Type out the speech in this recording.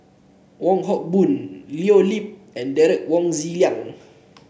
Wong Hock Boon Leo Yip and Derek Wong Zi Liang